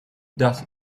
does